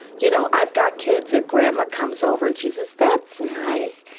you know i've got kids, that grandma comes over and she says that's nice,